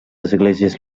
esglésies